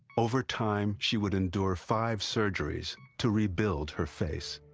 over time, she would endure five surgeries to rebuild her face.